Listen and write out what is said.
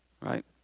right